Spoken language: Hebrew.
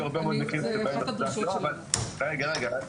היו הרבה מאד מקרים שבהם -- רגע רגע,